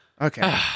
Okay